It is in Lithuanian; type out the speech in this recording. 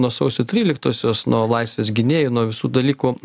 nuo sausio tryliktosios nuo laisvės gynėjų nuo visų dalykų